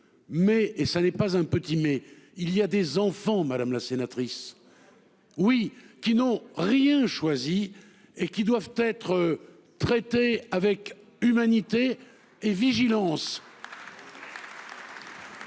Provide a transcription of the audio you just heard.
Mais et ça n'est pas un petit mais. Il y a des enfants madame la sénatrice. Oui, qui n'ont rien choisi et qui doivent être. Traités avec humanité et vigilance.